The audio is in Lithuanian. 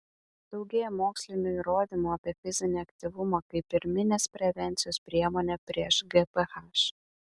daugėja mokslinių įrodymų apie fizinį aktyvumą kaip pirminės prevencijos priemonę prieš gph